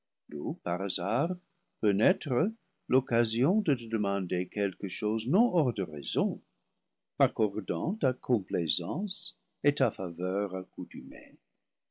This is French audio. par hasard peut naître l'occasion de te demander quelque ce chose non hors de raison m'accordant ta complaisance et ta ce faveur